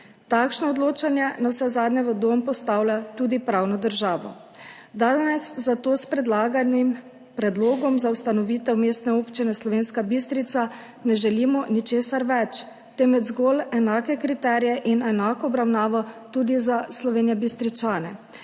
Takšno odločanje navsezadnje v dvom postavlja tudi pravno državo. Danes zato s predlaganim predlogom za ustanovitev mestne občine Slovenska Bistrica ne želimo ničesar več, temveč zgolj enake kriterije in enako obravnavo tudi za Slovenjebistričane,